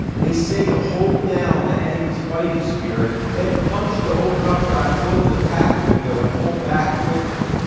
they say to hold down the enemy's fighting spirit, then punch to open up godzilla's attack window and pull back quickly.